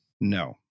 No